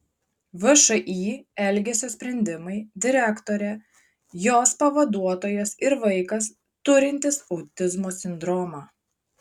všį elgesio sprendimai direktorė jos pavaduotojas ir vaikas turintis autizmo sindromą